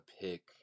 pick